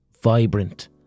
vibrant